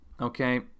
okay